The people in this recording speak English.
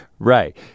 Right